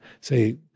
say